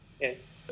Yes